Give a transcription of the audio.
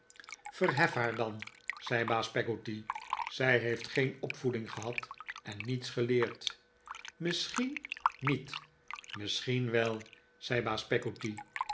verhef haar dan zei baas peggotty zij heeft geen opvoeding gehad en niets geleerd misschien niet misschien wel zei baas